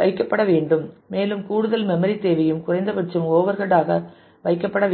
வைக்கப்பட வேண்டும் மேலும் கூடுதல் மெம்மரி தேவையும் குறைந்தபட்சம் ஓவர்ஹெட் ஆக வைக்கப்பட வேண்டும்